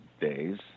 days